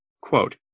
Quote